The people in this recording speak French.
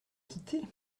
quitter